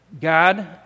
God